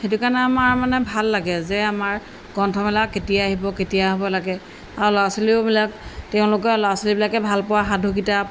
সেইটো কাৰণে আমাৰ মানে ভাল লাগে যে আমাৰ গ্ৰন্থমেলা কেতিয়া আহিব কেতিয়া হ'ব লাগে আৰু ল'ৰা ছোৱালীওবিলাক তেওঁলোকৰ ল'ৰা ছোৱালীবিলাকে ভাল পোৱা সাধু কিতাপ